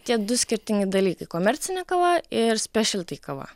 tie du skirtingi dalykai komercinė kava ir spešelty kava